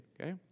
Okay